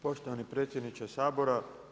Poštovani predsjedniče Sabora.